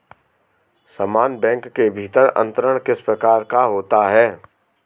समान बैंक के भीतर अंतरण किस प्रकार का होता है?